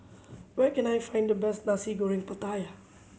where can I find the best Nasi Goreng Pattaya